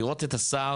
לראות את השר,